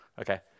Okay